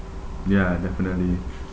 ya definitely